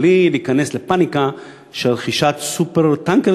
בלי להיכנס לפניקה של רכישת "סופר-טנקר",